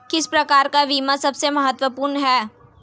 किस प्रकार का बीमा सबसे महत्वपूर्ण है?